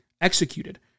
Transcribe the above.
executed